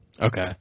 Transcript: Okay